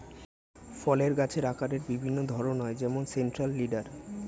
ফলের গাছের আকারের বিভিন্ন ধরন হয় যেমন সেন্ট্রাল লিডার